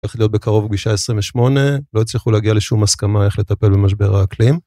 הולך להיות בקרוב פגישה 28, לא יצליחו להגיע לשום הסכמה איך לטפל במשבר האקלים.